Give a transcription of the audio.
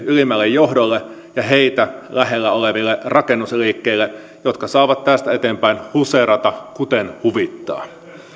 ylimmälle johdolle ja heitä lähellä oleville rakennusliikkeille jotka saavat tästä eteenpäin huseerata kuten huvittaa